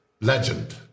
Legend